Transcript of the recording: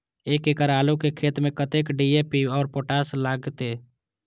एक एकड़ आलू के खेत में कतेक डी.ए.पी और पोटाश लागते?